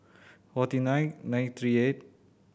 forty nine nine three eight